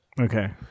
Okay